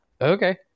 okay